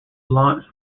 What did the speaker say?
launched